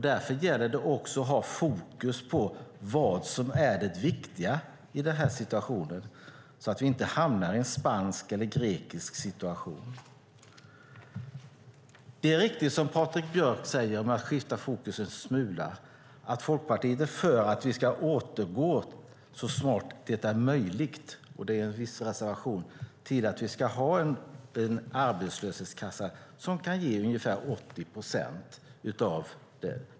Därför gäller det också att ha fokus på vad som är det viktiga i denna situation, så att vi inte hamnar i en spansk eller grekisk situation. Det är riktigt som Patrik Björck säger, om jag ska skifta fokus en smula, att Folkpartiet är för att vi ska återgå så snart som det är möjligt - det är en viss reservation - till att ha en arbetslöshetskassa som kan ge ungefär 80 procent av lönen.